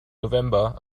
november